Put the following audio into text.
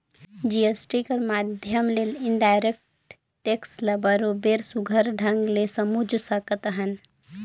GST कर माध्यम ले इनडायरेक्ट टेक्स ल बरोबेर सुग्घर ढंग ले समुझ सकत अहन